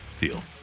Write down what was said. deal